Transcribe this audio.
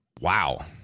wow